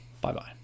Bye-bye